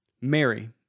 Mary